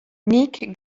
nik